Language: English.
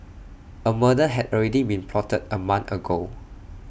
A murder had already been plotted A month ago